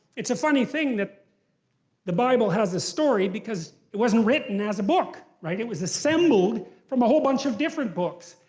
it's a funny thing that the bible has a story, because it wasn't written as a book, right? it was assembled from a whole bunch of different books.